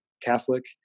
Catholic